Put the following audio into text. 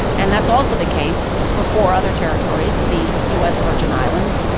and that's also the case for four other territories the us virgin islands,